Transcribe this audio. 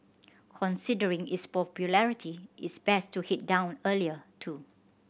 considering its popularity it's best to head down earlier too